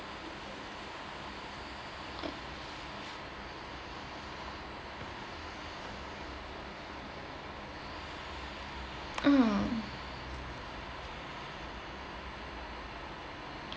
mm